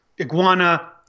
iguana